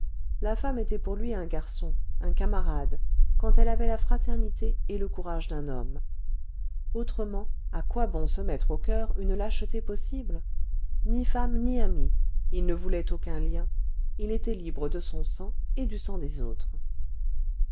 la femme était pour lui un garçon un camarade quand elle avait la fraternité et le courage d'un homme autrement à quoi bon se mettre au coeur une lâcheté possible ni femme ni ami il ne voulait aucun lien il était libre de son sang et du sang des autres